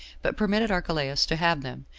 but permitted archelaus to have them,